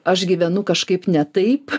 aš gyvenu kažkaip ne taip